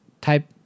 type